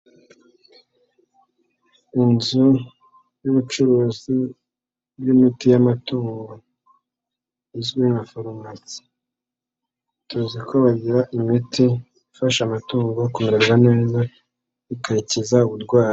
Inzu y'ubucuruzi bw'imiti y'amatungo izwi nka farumasi, tuzi ko bagira imiti ifasha amatungo kumeza neza, ikayikiza uburwayi.